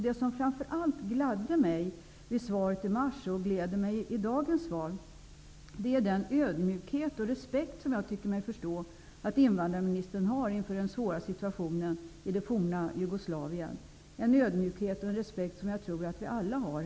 Det som framför allt gladde mig i svaret i mars och som gläder mig i dagens svar är den ödmjukhet och respekt som jag tycker mig förstå att invandrarministern har inför den svåra situationen i det forna Jugoslavien. Det är en ödmjukhet och en respekt som jag tror att vi alla har.